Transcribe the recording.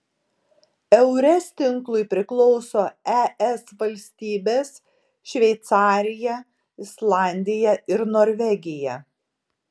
eures tinklui priklauso es valstybės šveicarija islandija ir norvegija